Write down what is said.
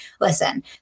Listen